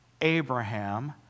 Abraham